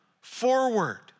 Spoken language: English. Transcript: forward